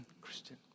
Christian